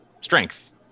strength